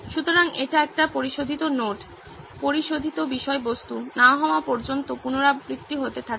সুতরাং এটি একটি পরিশোধিত নোট পরিশোধিত বিষয়বস্তু না হওয়া পর্যন্ত পুনরাবৃত্তি হতে থাকে